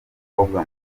umukobwa